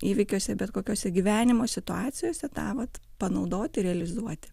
įvykiuose bet kokiose gyvenimo situacijose tą vat panaudoti realizuoti